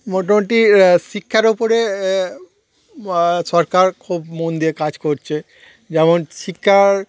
মোটামুটি শিক্ষার উপরে এ সরকার খুব মন দিয়ে কাজ করছে যেমন শিক্ষার